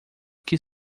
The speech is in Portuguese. que